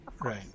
Right